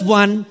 one